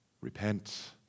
repent